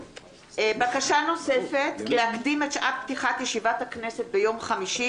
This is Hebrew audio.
בקשה נוספת להקדים את שעת פתיחת ישיבת הכנסת ביום חמישי.